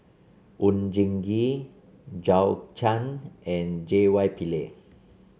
Oon Jin Gee Zhou Can and J Y Pillay